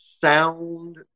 Sound